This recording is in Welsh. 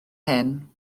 hyn